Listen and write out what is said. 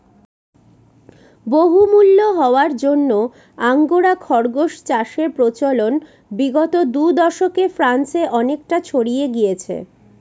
বহুমূল্য হওয়ার জন্য আঙ্গোরা খরগোস চাষের প্রচলন বিগত দু দশকে ফ্রান্সে অনেকটা ছড়িয়ে গিয়েছে